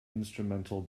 instrumental